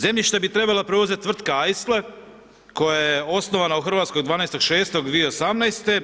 Zemljište bi trebala preuzeti tvrtka Eisele koja je osnovana u Hrvatskoj 12.6.2018.